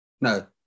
no